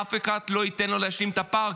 אף אחד לא ייתן לו להשלים את הפער,